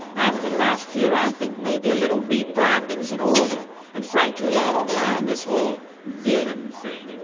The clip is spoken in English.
after last year, i think maybe a little re-branding is in order. and frankly, i don't mind this whole villain thing.